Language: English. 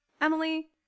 Emily